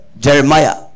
Jeremiah